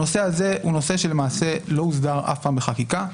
הנושא הזה הוא נושא שלמעשה לא הוסדר אף פעם בחקיקה.